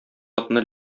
атны